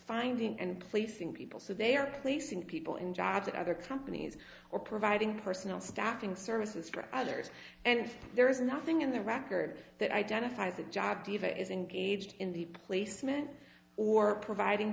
finding and placing people so they are placing people in jobs at other companies or providing personal staffing services for others and there is nothing in the record that identifies that job diva is engaged in the placement or providing